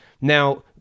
Now